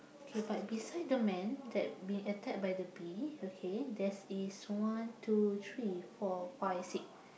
K but beside the man that been attacked by the bee okay there's is one two three four five six